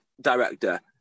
director